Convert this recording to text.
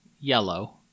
yellow